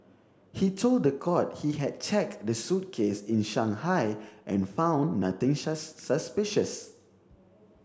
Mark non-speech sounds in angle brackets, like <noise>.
he told the court he had checked the suitcase in Shanghai and found nothing <unintelligible> suspicious